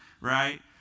Right